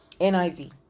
niv